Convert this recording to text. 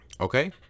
Okay